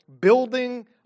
building